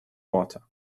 water